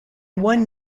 one